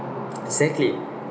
exactly